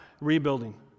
rebuilding